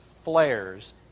flares